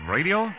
Radio